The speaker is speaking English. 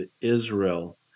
Israel